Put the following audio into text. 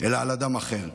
אלא על אדם אחר.